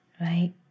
Right